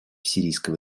сирийского